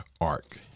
ark